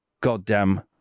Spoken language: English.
goddamn